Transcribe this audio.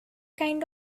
kind